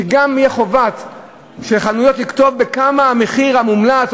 שתהיה חובה לחנויות לכתוב מה המחיר המומלץ,